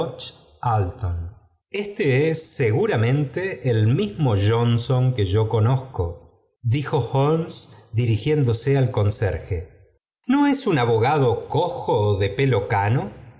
este es seguramente el mismo johnson que yo conozco dijo holmes dirigiéndose al conserje no es un abogado oojo de pelo cano